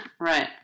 right